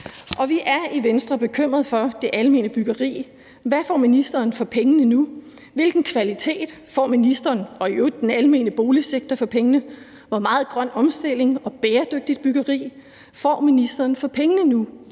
og vi er i Venstre bekymrede for det almene byggeri. Hvad får ministeren for pengene nu? Hvilken kvalitet får ministeren og i øvrigt den almene boligsektor for pengene? Hvor meget grøn omstilling og bæredygtigt byggeri får ministeren, den almene